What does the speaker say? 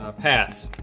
ah pass.